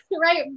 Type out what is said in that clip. right